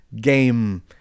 game